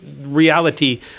reality